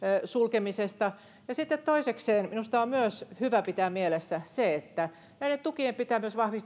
sulkemisesta sitten toisekseen minusta on myös hyvä pitää mielessä että näiden tukien pitää myös vahvistaa sitä